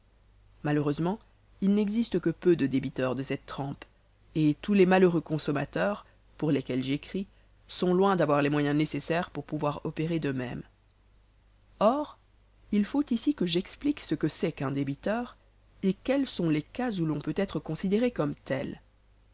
malheureusement il n'existe que peu de débiteurs de cette trempe et tous les malheureux consommateurs pour lesquels j'écris sont loin d'avoir les moyens nécessaires pour pouvoir opérer de même or il faut ici que j'explique ce que c'est qu'un débiteur et quels sont les cas où l'on peut être considéré comme tel